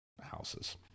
houses